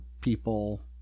people